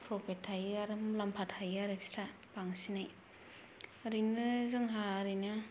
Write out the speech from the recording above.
profit थायो आरो मुलाम्फा थायो आरो बिस्रा बांसिनै ओरैनो जोंहा ओरैनो